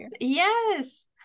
yes